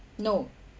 no